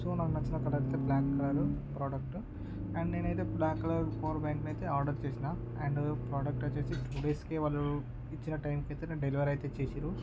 so నాకు నచ్చిన colour అయితే బ్లాక్ కలర్ ప్రోడక్ట్ అండ్ నేను ఆయితే బ్లాక్ కలర్ పవర్ బ్యాంక్ని అయితే ఆర్డర్ చేసినా అండ్ ప్రోడక్ట్ వచ్చేసి టు డేస్కే వాళ్ళు ఇచ్చిన టైం కైతే డెలివర్ అయితే ఇచ్చేసిర్రు